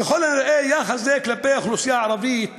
ככל הנראה, יחס זה כלפי האוכלוסייה הערבית